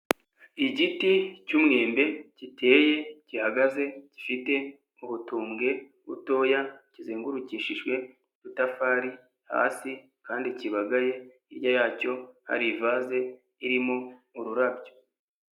Igiti cy'umwembe giteye gihagaze gifite ubutumbwe butoya, kizengurukishijwe udutafari hasi kandi kibagaye, hirya yacyo hari ivaze irimo ururabyo.